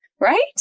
Right